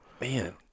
man